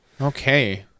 Okay